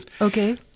Okay